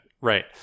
right